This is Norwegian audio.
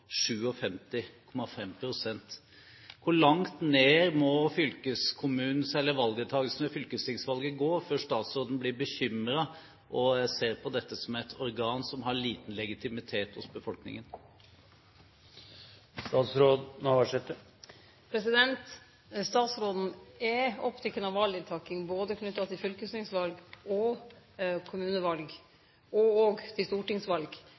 på 57,5 pst. Hvor langt ned må valgdeltakelsen ved fylkestingsvalget gå før statsråden blir bekymret og ser på dette som et organ som har liten legitimitet hos befolkningen? Statsråden er oppteken av valdeltaking, knytt til både fylkestingsval og kommuneval – og òg til stortingsval. Det å få folk opp av sofaen og ut og